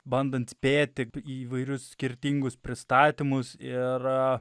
bandant spėti į įvairius skirtingus pristatymus ir